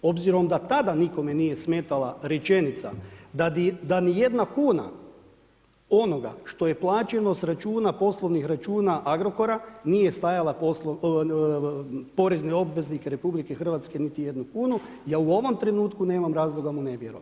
Obzirom da tada nikome nije smetala rečenica da nijedna kuna onoga što je plaćeno s poslovnih računa Agrokora, nije stajala porezne obveznike RH niti jednu kunu, ja u ovom trenutku nemam razloga mu ne vjerovati.